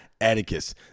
atticus